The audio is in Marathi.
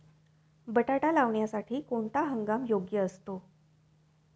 बटाटा लावण्यासाठी कोणता हंगाम योग्य असतो?